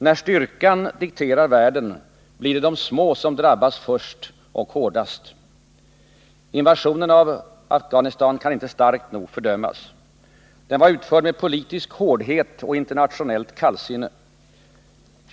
När styrkan dikterar utvecklingen i världen blir det de små som drabbas först och hårdast. Invasionen i Afghanistan kan inte starkt nog fördömas. Den var utförd med politisk hårdhet och internationellt kallsinne.